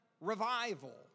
revival